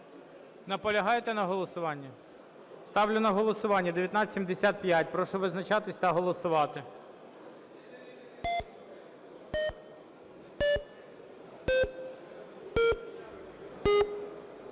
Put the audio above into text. Наполягаєте на голосуванні? Ставлю на голосування 1975. Прошу визначатись та голосувати.